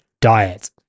diet